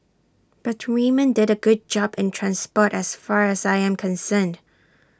but Raymond did A great job in transport as far as I am concerned